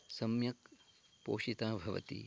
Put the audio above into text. सम्यक् पोषिता भवति